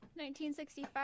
1965